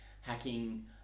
hacking